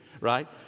right